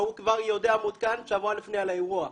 כשהוא כבר יודע, מעודכן שבוע לפני על האירוע.